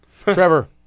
Trevor